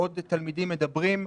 ועוד תלמידים מדברים,